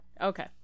Okay